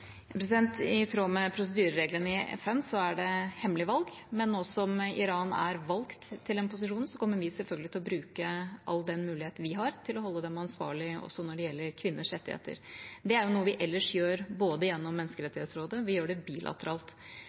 I tråd med prosedyrereglene i FN er det hemmelig valg, men nå som Iran er valgt til den posisjonen, kommer vi selvfølgelig til å bruke all den muligheten vi har, til å holde dem ansvarlig også når det gjelder kvinners rettigheter. Det er noe vi ellers gjør både gjennom Menneskerettighetsrådet, vi gjør det bilateralt,